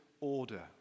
order